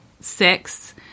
six